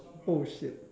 oh shit